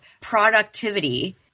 productivity